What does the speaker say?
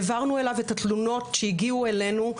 העברנו אליו את התלונות שהגיעו אלינו.